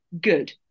good